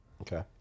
okay